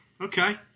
Okay